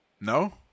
No